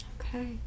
okay